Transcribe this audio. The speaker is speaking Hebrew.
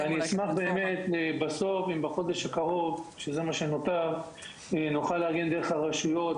אשמח אם בחודש הקרוב נוכל לארגן דרך הרשויות,